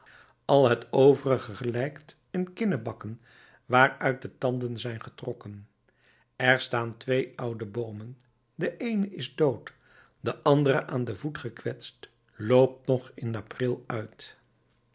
al het overige gelijkt een kinnebakken waaruit de tanden zijn getrokken er staan twee oude boomen de eene is dood de andere aan den voet gekwetst loopt nog in april uit